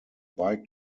bike